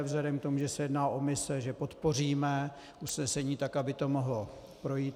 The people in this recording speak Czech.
Vzhledem k tomu, že se jedná o mise, že podpoříme usnesení tak, aby to mohlo projít.